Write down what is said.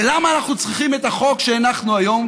למה אנחנו צריכים את החוק שהנחנו היום?